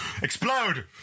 Explode